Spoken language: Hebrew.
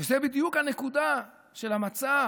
זו בדיוק הנקודה של המצה.